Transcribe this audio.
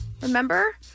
Remember